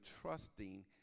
trusting